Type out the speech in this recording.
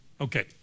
Okay